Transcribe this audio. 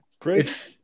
Chris